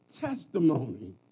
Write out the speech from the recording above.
testimony